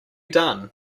done